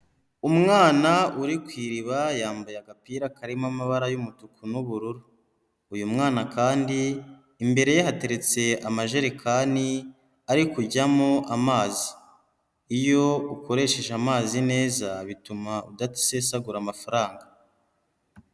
Umwana uri ku iriba yambaye agapira karimo amabara y'umutuku n'ubururu, uyu mwana kandi imbere ye hateretse amajerekani ari kujyamo amazi, iyo ukoresheje amazi neza bituma udasesagura amafaranga.